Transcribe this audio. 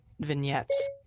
vignettes